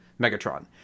Megatron